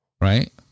right